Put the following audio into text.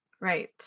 right